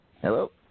Hello